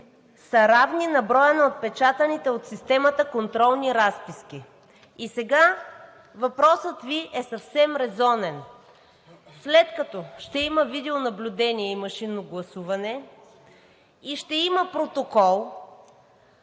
са равни на броя на отпечатаните от системата·контролни разписки“. И сега въпросът Ви е съвсем резонен: след като ще има видеонаблюдение и машинно гласуване и ще има протокол,